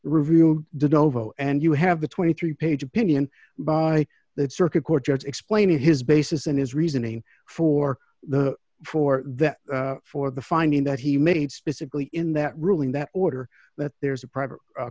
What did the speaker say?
review did novo and you have the twenty three page opinion by the circuit court judge explaining his basis and his reasoning for the for that for the finding that he made specifically in that ruling that order that there is a private